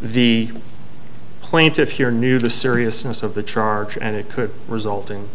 the plaintiffs here knew the seriousness of the charge and it could result in